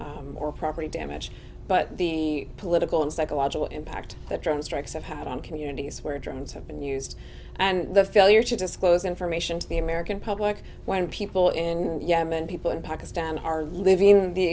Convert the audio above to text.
or property damage but the political and psychological impact that drone strikes have had on communities where drones have been used and the failure to disclose information to the american public when people in yemen people in pakistan are living the